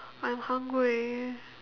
I am hungry